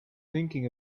thinking